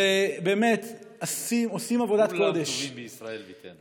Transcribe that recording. כולם טובים בישראל ביתנו.